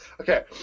Okay